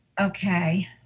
okay